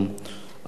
הנושא הבא,